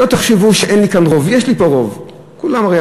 שלא תחשבו שאין לי כאן רוב,